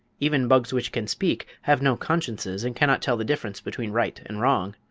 even bugs which can speak have no consciences and cannot tell the difference between right and wrong.